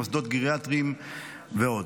מוסדות גריאטריים ועוד.